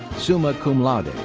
summa cum laude.